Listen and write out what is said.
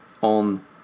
on